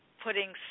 putting